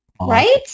Right